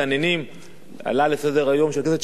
הנושא של המסתננים עלה לסדר-היום של הכנסת בשבוע שעבר והשר